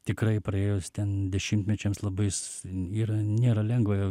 tikrai praėjus ten dešimtmečiams labai s yra nėra lengva